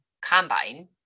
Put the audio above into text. combine